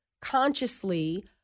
consciously